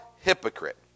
hypocrite